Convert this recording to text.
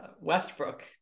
Westbrook